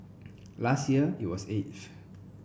last year it was eighth